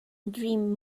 dream